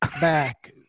back